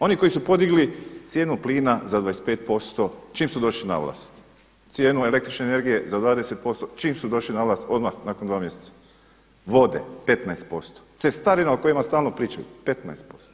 Oni koji su podigli cijenu plina za 25% čim su došli na vlast, cijenu električne energije za 20% čim su došli na vlast odmah nakon 2 mjeseca, vode 15%, cestarina o kojima stalno pričaju 15%